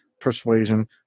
persuasion